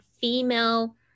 female